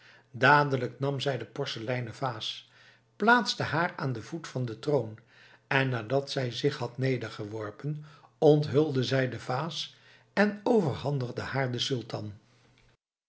dadelijk nam zij de porseleinen vaas plaatste haar aan den voet van den troon en nadat zij zich had nedergeworpen onthulde zij de vaas en overhandigde haar den sultan